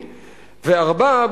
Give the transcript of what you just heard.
ו-4.